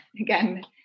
again